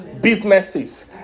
Businesses